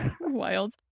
Wild